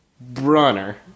Brunner